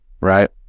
right